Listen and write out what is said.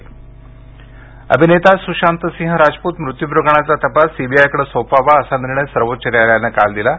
स्शांत सिंह अभिनेता सुशांत सिंह राजपूत मृत्यू प्रकरणाचा तपास सीबीआयकडे सोपवावा असा निर्णय सर्वोच्च न्यायालयानं दिला आहे